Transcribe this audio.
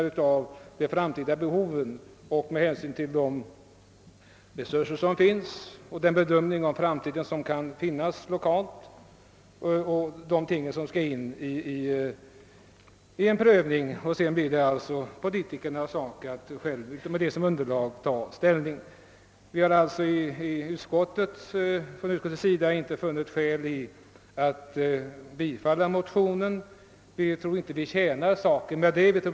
Det gäller alltså en prövning med hänsyn till de resurser som finns och den bedömning av framtiden på skilda orter som man kan göra. Sedan blir det väl politikernas sak att med detta som underlag ta ställning. Vi har alltså från utskottets sida inte funnit skäl att tillstyrka motionen. Vi tror inte att saken är betjänt av bifall till motionen.